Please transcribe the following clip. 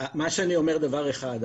מה שאני אומר זה דבר אחד,